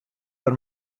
wer